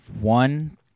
one